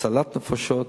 הצלת נפשות,